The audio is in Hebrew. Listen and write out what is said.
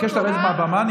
אני מבקש לרדת מהבמה,